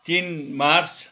तिन मार्च